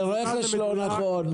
לרכש לא נכון.